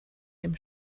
dem